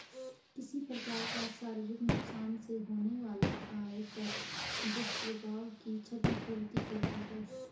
किसी प्रकार का शारीरिक नुकसान से होने वाला आय पर दुष्प्रभाव की क्षति पूर्ति करती है